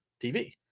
TV